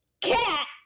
cat